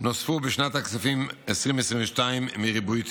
נוספו בשנת הכספים 2022 מריבוי טבעי.